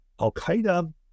Al-Qaeda